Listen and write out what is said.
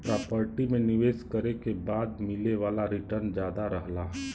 property में निवेश करे के बाद मिले वाला रीटर्न जादा रहला